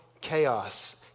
chaos